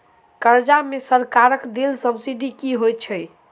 कर्जा मे सरकारक देल सब्सिडी की होइत छैक?